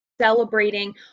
celebrating